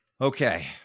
okay